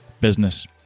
business